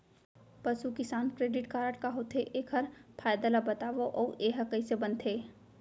पसु किसान credit card का होथे, एखर फायदा ला बतावव अऊ एहा कइसे बनथे?